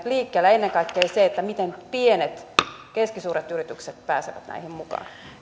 liikkeelle ja ennen kaikkea sen miten pienet ja keskisuuret yritykset pääsevät näihin mukaan